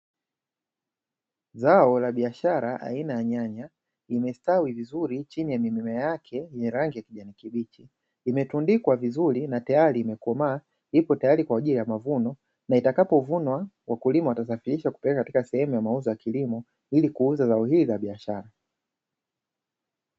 Zao la biashara aina ya nyanya limestawi vizuri chini ya mimea yake yenye rangi ya kijani kibichi, imetundikwa vizuri na tayarii imekomaa ipo tayari kwa ajili ya mavuno, na itakapo vunwa wakulima watasafirisha kupeka katika sehemu ya mauzo ya kilimo ili kuuza zao hili la biashara.